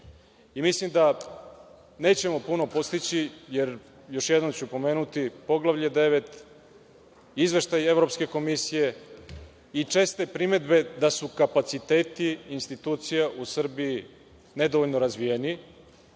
Mislim da nećemo puno postići jer, još jednom ću pomenuti, poglavlje 9, izveštaj Evropske komisije i česte primedbe da su kapaciteti institucija u Srbiji nedovoljno razvijeni,